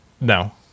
no